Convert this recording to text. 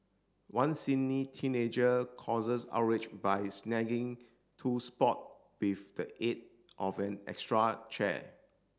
one Sydney teenager causes outrage by snagging two spot with the aid of an extra chair